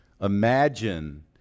Imagine